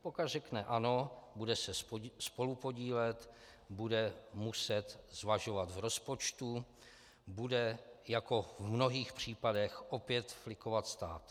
Pokud řekne ano, bude se spolupodílet, bude muset zvažovat v rozpočtu, bude jako v mnohých případech opět flikovat stát.